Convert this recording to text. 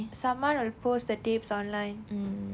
someone will post the tapes online